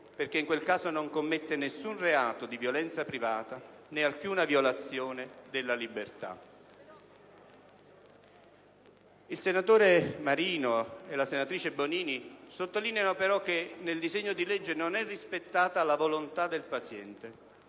perché in quel caso non commette nessun reato di violenza privata, né alcuna violazione della libertà. Il senatore Marino e la senatrice Bonino sottolineano però che nel disegno di legge non è rispettata la volontà del paziente